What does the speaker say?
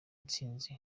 ntsinzi